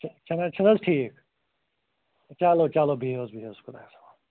چھُ نا حظ چھُ نا حظ ٹھیٖک چلو چلو بِہیٛو حظ بہیٛو حظ خۄدایس حوالہٕ